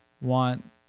want